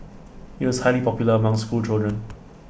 IT was highly popular among schoolchildren